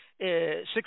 six